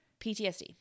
PTSD